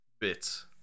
bits